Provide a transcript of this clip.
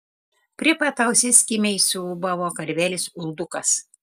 prie pat ausies kimiai suūbavo karvelis uldukas